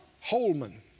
Holman